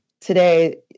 today